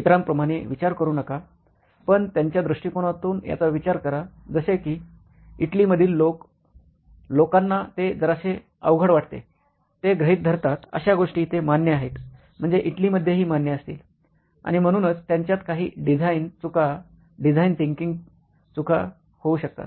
इतरांप्रमाणे विचार करू नका पण त्यांच्या दृष्टीकोनातून याचा विचार करा जसे कि इटली मधील लोक लोकांना ते जरासे अवघड वाटते ते गृहित धरतात अशा गोष्टी इथे मान्य आहेत म्हणजे इटलीमध्येहि मान्य असतील आणि म्हणूनच त्यांच्यात काही डिझाइन चुका डिझाइन थिंकिंग चुका होऊ शकतात